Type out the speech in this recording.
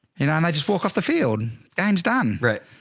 you know and they just walk off the field gains done right?